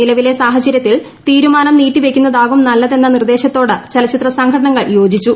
നിലവിലെ സാഹചര്യത്തിൽ തീരുമാനം നീട്ടിവയ്ക്കുന്നതാകും നല്ലതെന്ന നിർദേശത്തോട് ചലച്ചിത്ര സംഘടനകൾ യോജിച്ചു